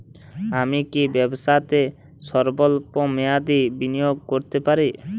আমি কি ব্যবসাতে স্বল্প মেয়াদি বিনিয়োগ করতে পারি?